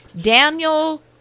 Daniel